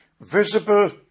visible